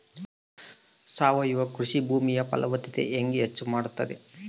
ಸಾವಯವ ಕೃಷಿ ಭೂಮಿಯ ಫಲವತ್ತತೆ ಹೆಂಗೆ ಹೆಚ್ಚು ಮಾಡುತ್ತದೆ?